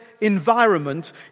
environment